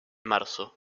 marzo